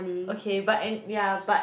okay but and yeah but